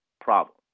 problem